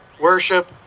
worship